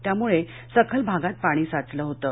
त्यामुळे सखल भागात पाणीसाचलं होतं